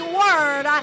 word